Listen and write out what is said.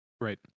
Right